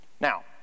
Now